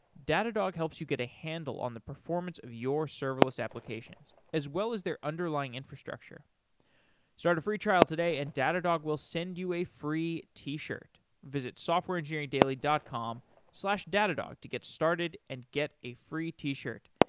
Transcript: datadog helps you get a handle on the performance of your serverless applications, as well as their underlying infrastructure start a free trial today and datadog will send you a free t-shirt. visit softwareengineeringdaily dot com slash datadog to get started and get a free t-shirt.